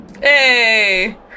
Hey